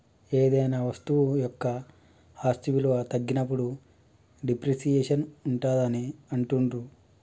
ఏదైనా వస్తువు యొక్క ఆస్తి విలువ తగ్గినప్పుడు డిప్రిసియేషన్ ఉంటాదని అంటుండ్రు